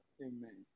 Amen